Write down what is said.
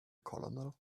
colonel